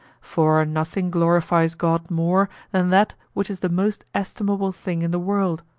for nothing glorifies god more than that which is the most estimable thing in the world,